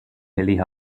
hilly